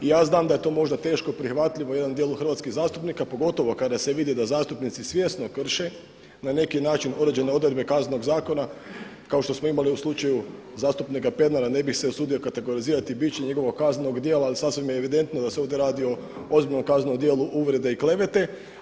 I ja znam da je to možda teško prihvatljivo jednom dijelu hrvatskih zastupnika pogotovo kada se vidi da zastupnici svjesno krše na neki način određene odredbe kaznenog zakona kao što smo imali u slučaju zastupnika Pernara ne bih se usudio kategorizirati biće njegovog kaznenog djela, ali sasvim je evidentno da se ovdje radi o ozbiljnom kaznenom djelu uvrede i klevete.